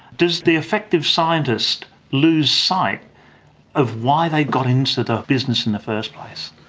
does the effective scientist lose sight of why they got into the business in the first place?